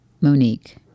Monique